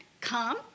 come